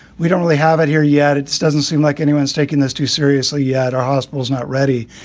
we don't really have it here yet. it doesn't seem like anyone is taking this too seriously yet. our hospital is not ready.